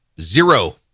zero